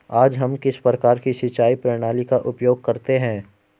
आज हम किस प्रकार की सिंचाई प्रणाली का उपयोग करते हैं?